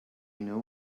know